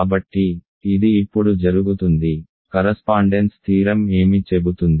కాబట్టి ఇది ఇప్పుడు జరుగుతుంది కరస్పాండెన్స్ థీరం ఏమి చెబుతుంది